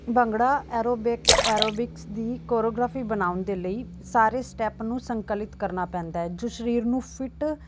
ਭੰਗੜਾ ਐਰੋਬਿ ਐਰੋਬਿਕਸ ਦੀ ਕੋਰੋਗ੍ਰਾਫੀ ਬਣਾਉਣ ਦੇ ਲਈ ਸਾਰੇ ਸਟੈਪ ਨੂੰ ਸੰਕਲਿਤ ਕਰਨਾ ਪੈਂਦਾ ਹੈ ਜੋ ਸਰੀਰ ਨੂੰ ਫਿੱਟ